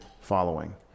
following